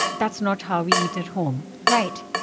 that's not how we eat at home right.